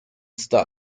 star